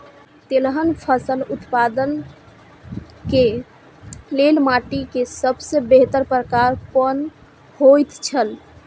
तेलहन फसल उत्पादन के लेल माटी के सबसे बेहतर प्रकार कुन होएत छल?